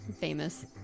famous